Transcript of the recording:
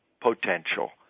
potential